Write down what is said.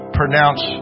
pronounce